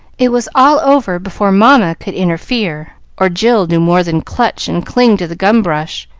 it was all over before mamma could interfere, or jill do more than clutch and cling to the gum-brush.